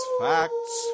facts